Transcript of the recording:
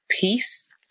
peace